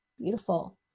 Beautiful